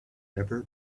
never